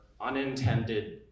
unintended